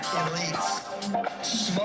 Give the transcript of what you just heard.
elites